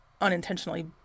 unintentionally